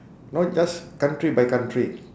not just country by country